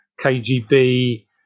KGB